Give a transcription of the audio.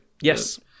Yes